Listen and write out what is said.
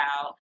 out